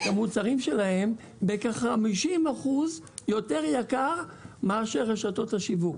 המוצרים שלהם בכ-50% יותר יקר מאשר רשתות השיווק,